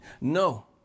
No